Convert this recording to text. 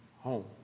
home